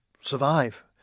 survive